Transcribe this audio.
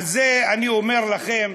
על זה אני אומר לכם,